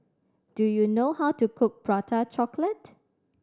do you know how to cook Prata Chocolate